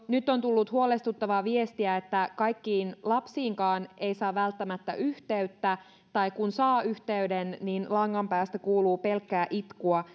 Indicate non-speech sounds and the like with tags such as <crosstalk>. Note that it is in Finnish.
nyt on tullut huolestuttavaa viestiä että kaikkiin lapsiinkaan ei saa välttämättä yhteyttä tai kun saa yhteyden niin langan päästä kuuluu pelkkää itkua <unintelligible>